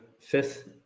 fifth